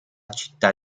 città